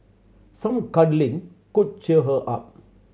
some cuddling could cheer her up